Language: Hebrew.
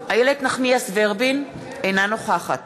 איילת נחמיאס ורבין, אינה נוכחת